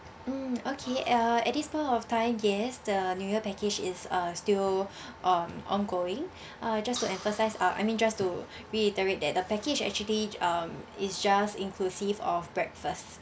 mm okay uh at this point of time yes the new year package is uh still um ongoing uh just to emphasize uh I mean just to reiterate that the package actually um is just inclusive of breakfast